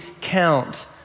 count